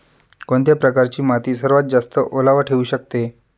कोणत्या प्रकारची माती सर्वात जास्त ओलावा ठेवू शकते?